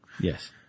Yes